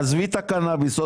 עזבי את הקנאביס,